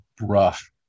rough